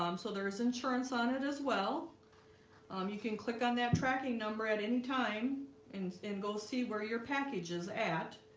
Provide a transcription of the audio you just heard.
um so there's insurance on it as well um you can click on that tracking number at any time and and go see where your package is at